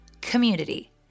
community